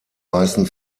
weißen